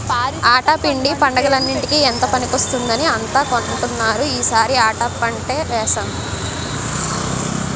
ఆటా పిండి పండగలన్నిటికీ ఎంతో పనికొస్తుందని అంతా కొంటున్నారని ఈ సారి ఆటా పంటే వేసాము